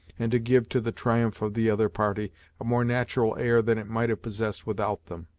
and to give to the triumph of the other party a more natural air than it might have possessed without them.